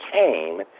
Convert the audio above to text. came